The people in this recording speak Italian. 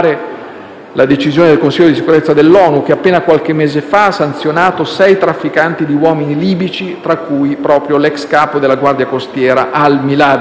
la decisione del Consiglio di sicurezza dell'ONU, che appena qualche mese fa ha sanzionato sei trafficanti di uomini libici, tra cui proprio l'*ex* capo della Guardia costiera al-Milad: